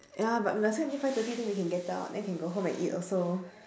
ya but we must wait until five thirty then we can get out then can go home and eat also